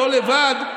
לא לבד,